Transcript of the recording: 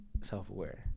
self-aware